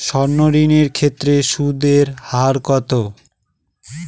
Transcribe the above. সর্ণ ঋণ এর ক্ষেত্রে সুদ এর হার কত?